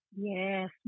Yes